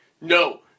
no